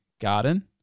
garden